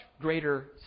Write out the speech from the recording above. greater